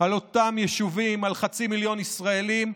על אותם יישובים, על חצי מיליון ישראלים,